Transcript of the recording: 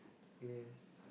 yes